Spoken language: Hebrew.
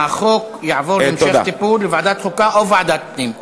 החוק יעבור להמשך טיפול בוועדת החוקה או בוועדת הפנים.